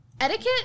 Etiquette